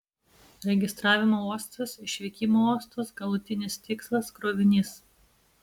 registravimo uostas išvykimo uostas galutinis tikslas krovinys